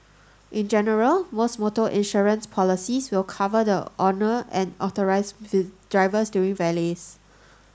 in general most motor insurance policies will cover the owner and authorised with drivers during valets